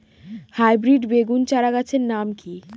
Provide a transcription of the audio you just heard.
Hybrid বেগুন চারাগাছের নাম কি?